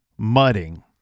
mudding